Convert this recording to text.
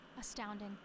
Astounding